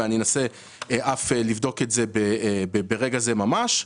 ואני אנסה אף לבדוק את זה ברגע זה ממש,